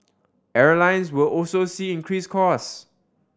airlines will also see increased cost